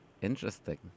Interesting